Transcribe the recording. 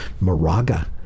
Moraga